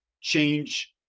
change